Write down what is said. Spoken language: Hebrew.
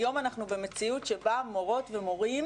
היום אנחנו במציאות שבה מורות ומורים,